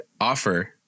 offer